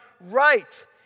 right